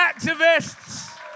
activists